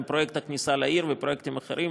עם פרויקט הכניסה לעיר ופרויקטים אחרים,